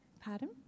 Pardon